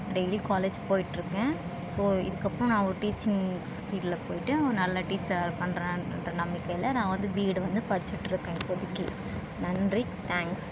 டெய்லியும் காலேஜ் போயிட்டுருக்கேன் ஸோ இதுக்கு அப்புறம் நான் ஒரு டீச்சிங் ஃபீல்டில் போய்ட்டு ஒரு நல்ல டீச்சராக இருக்கேன்ற நம்பிக்கையில்லை நான் வந்து பிஎட்டு வந்து படிச்சிகிட்டுருக்கேன் இப்போதைக்கு நன்றி தேங்க்ஸ்